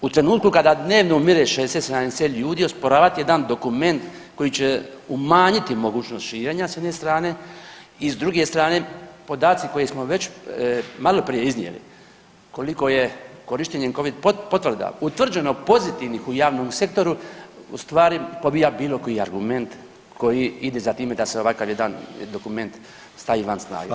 U trenutku kada dnevno umire 60, 70 ljudi osporavati jedan dokument koji će umanjiti mogućnost širenja s jedne strane i s druge strane podaci koje smo već maloprije iznijeli koliko je korištenjem covid potvrda utvrđeno pozitivnih u javnom sektoru ustvari pobija bilo koji argument koji ide za time da se ovakav jedan dokument stavi van snage.